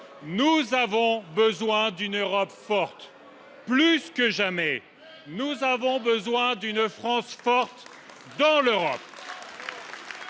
nous avons besoin d’une Europe forte. Plus que jamais, nous avons besoin d’une France forte dans l’Europe.